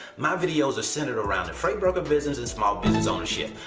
my videos are centered around the freight broker business and small business ownership.